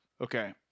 Okay